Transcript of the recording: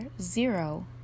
zero